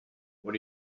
what